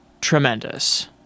tremendous